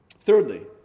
Thirdly